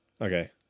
Okay